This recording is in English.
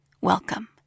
Welcome